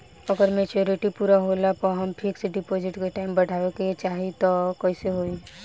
अगर मेचूरिटि पूरा होला पर हम फिक्स डिपॉज़िट के टाइम बढ़ावे के चाहिए त कैसे बढ़ी?